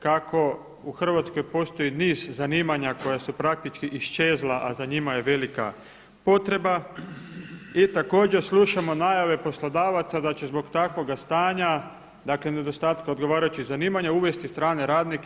Kako u Hrvatskoj postoji niz zanimanja koja su praktički iščezla, a za njima je velika potreba, i također slušamo najave poslodavaca da će zbog takvoga stanja dakle nedostatka odgovarajućih zanimanja, uvesti strane radnike.